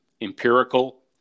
empirical